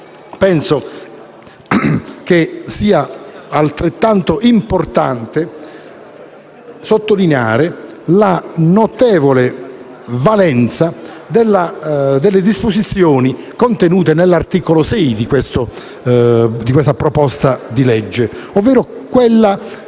penso che sia altrettanto importante sottolineare la notevole valenza delle disposizioni contenute nell'articolo 6 di questo disegno di legge, ovvero quelle